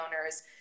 owners